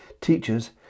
teachers